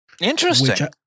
Interesting